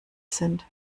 sind